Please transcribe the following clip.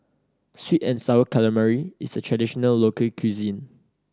sweet and Sour Calamari is a traditional local cuisine